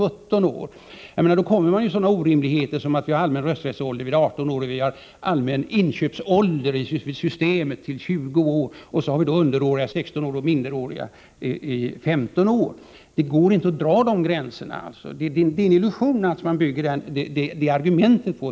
Då hamnar man i sådana orimligheter som att vi har allmän rösträtt vid 18 år och att den allmänna ”inköpsåldern” för varor på Systemet är 20 år, och så har vid då underåriga som är 16 år och minderåriga som är 15 år. Det går inte att dra sådana gränser; det är alltså en illusion man bygger det argumentet på.